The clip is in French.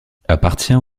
appartient